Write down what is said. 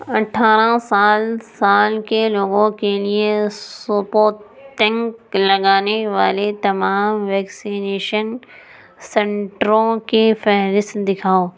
اٹھارہ سال سال کے لوگوں کے لیے سپو تنک لگانے والے تمام ویکسینیشن سینٹروں کی فہرست دکھاؤ